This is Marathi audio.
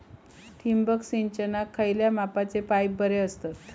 ठिबक सिंचनाक खयल्या मापाचे पाईप बरे असतत?